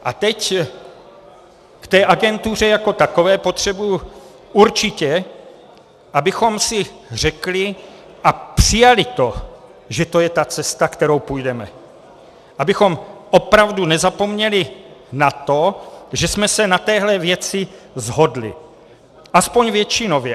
A teď k té agentuře jako takové potřebuji určitě, abychom si řekli a přijali to, že to je ta cesta, kterou půjdeme, abychom opravdu nezapomněli na to, že jsme se na téhle věci shodli, aspoň většinově.